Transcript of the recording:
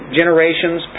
generations